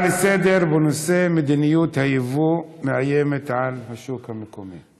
לסדר-היום בנושא: מדיניות הייבוא מאיימת על השוק המקומי.